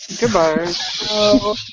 goodbye